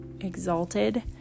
exalted